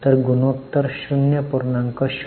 तर गुणोत्तर 0